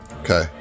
Okay